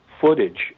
footage